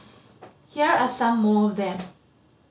here are some more of them